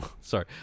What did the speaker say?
sorry